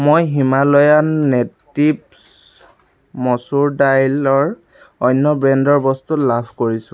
মই Himalayan Natives মচুৰ দাইলৰ অন্য ব্ৰেণ্ডৰ বস্তু লাভ কৰিছোঁ